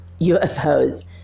UFOs